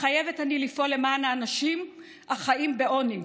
מתחייבת אני לפעול למען האנשים החיים בעוני,